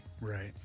Right